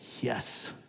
yes